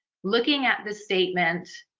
looking at the statement,